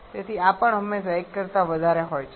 તેથી આ પણ હંમેશા 1 કરતા વધારે હોય છે